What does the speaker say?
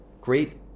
great